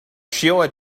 shiela